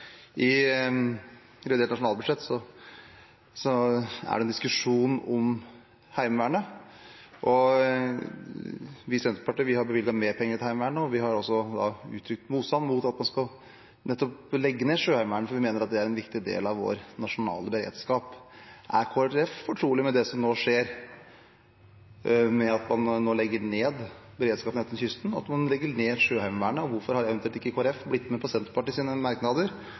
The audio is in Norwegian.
I revidert nasjonalbudsjett er det en diskusjon om Heimevernet. Vi i Senterpartiet har bevilget mer penger til Heimevernet og uttrykt motstand mot at man skal legge ned Sjøheimevernet, for vi mener det er en viktig del av vår nasjonale beredskap. Er Kristelig Folkeparti fortrolig med det som nå skjer, at man legger ned beredskapen langs kysten, at man legger ned Sjøheimevernet, og hvorfor har ikke Kristelig Folkeparti blitt med på Senterpartiets merknader